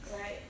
Right